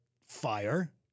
fire